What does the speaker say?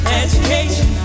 education